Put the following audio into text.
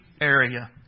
area